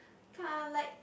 kind of like